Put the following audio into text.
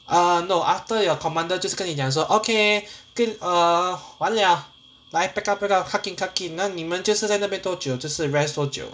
ah no after your commander 就是跟你讲说 okay uh 完 liao 来 pack up pack up 那你们就是在那边多久